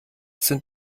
sind